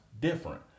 different